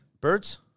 Birds